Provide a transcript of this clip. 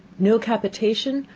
no capitation,